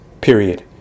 period